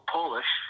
Polish